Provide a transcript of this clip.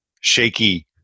shaky